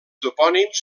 topònims